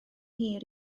hir